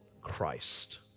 Christ